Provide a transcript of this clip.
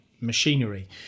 machinery